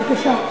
בבקשה.